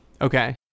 Okay